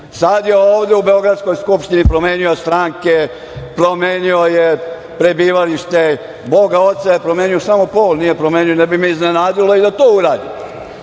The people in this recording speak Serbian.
Sada je ovde u Beogradskoj skupštini promenio stranke, promenio je prebivalište, Boga oca je promenio, još samo pol nije promenio, ne bi me iznenadilo i da to uradi. To